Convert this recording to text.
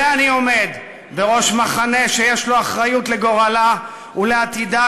ואני עומד בראש מחנה שיש לו אחריות לגורלה ולעתידה,